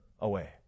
away